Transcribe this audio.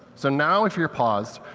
so now if you're paused.